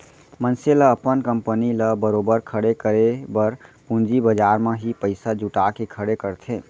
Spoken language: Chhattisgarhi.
मनसे ल अपन कंपनी ल बरोबर खड़े करे बर पूंजी बजार म ही पइसा जुटा के खड़े करथे